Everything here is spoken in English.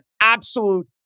absolute